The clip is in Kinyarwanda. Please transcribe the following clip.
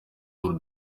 tour